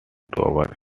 tower